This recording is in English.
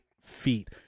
feet